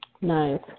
Nice